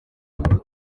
bwa